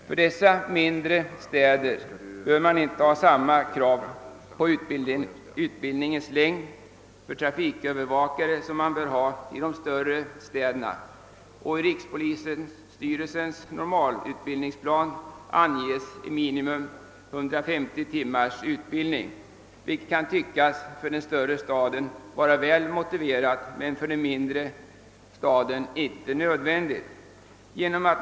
För dessa mindre städer behöver man inte ha samma krav på utbildningens längd för trafikövervakare som man bör ha för de större städerna. I rikspolisstyrelsens normalutbildningsplan anges minimum 150 timmars utbildning, vilket kan tyckas vara väl motiverat för en större stad men inte är nödvändigt för en mindre stad.